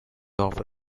offer